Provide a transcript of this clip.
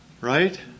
Right